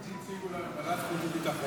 לפי מה שהציגו לנו בוועדת החוץ והביטחון,